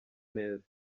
neza